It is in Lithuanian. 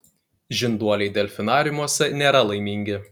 žinduoliai delfinariumuose nėra laimingi